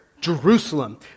Jerusalem